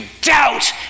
doubt